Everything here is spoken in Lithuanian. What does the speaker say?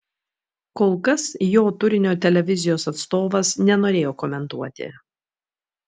kol kas jo turinio televizijos atstovas nenorėjo komentuoti